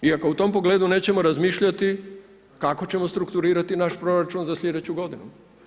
I ako u tom pogledu nećemo razmišljati, kako ćemo strukturirati naš proračun za slijedeću godinu?